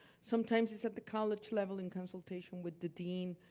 sometimes it's at the college level in consultation with the dean.